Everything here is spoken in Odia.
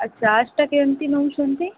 ଆଉ ଚାର୍ଜ୍ଟା କେମତି ନେଉଛନ୍ତି